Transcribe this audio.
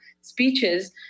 speeches